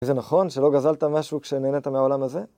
וזה נכון שלא גזלת משהו כשנהנת מהעולם הזה?